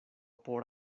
por